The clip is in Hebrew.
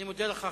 אני מודה לך,